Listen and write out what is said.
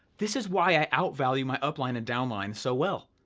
this is why i outvalue my upline and downline so well,